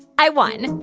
i won